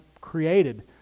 created